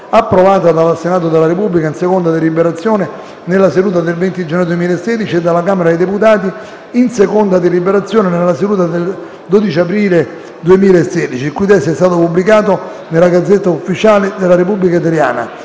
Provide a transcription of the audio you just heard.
approvata dal Senato della Repubblica, in seconda deliberazione nella seduta del 20 gennaio 2016 e dalla Camera dei deputati, in seconda deliberazione nella seduta del 12 aprile 2016, il cui testo è stato pubblicato nella *Gazzetta Ufficiale* della Repubblica italiana